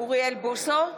אוריאל בוסו,